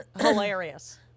hilarious